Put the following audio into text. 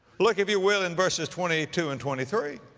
look if you will in verses twenty two and twenty three.